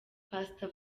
pastor